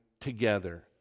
together